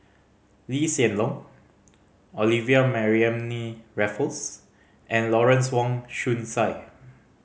Lee Hsien Loong Olivia Mariamne Raffles and Lawrence Wong Shyun Tsai